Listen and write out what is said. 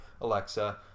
Alexa